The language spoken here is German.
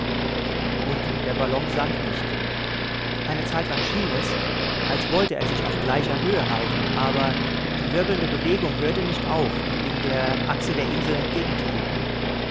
und der ballon sank nicht eine zeitlang schien es als wollte er sich auf gleicher höhe halten aber die wirbelnde bewegung hörte nicht auf die ihn der achse der insel